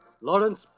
Lawrence